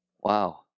Wow